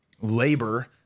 labor